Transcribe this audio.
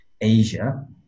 Asia